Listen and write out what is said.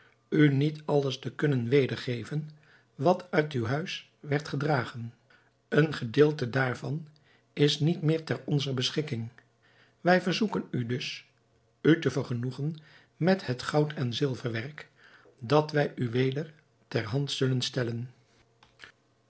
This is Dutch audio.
u niet alles te kunnen wedergeven wat uit uw huis werd gedragen een gedeelte daarvan is niet meer ter onzer beschikking wij verzoeken u dus u te vergenoegen met het goud en zilverwerk dat wij u weder ter hand zullen stellen